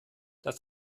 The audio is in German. dass